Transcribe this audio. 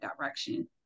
direction